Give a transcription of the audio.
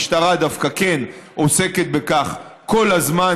המשטרה דווקא כן עוסקת בכך כל הזמן,